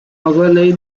格雷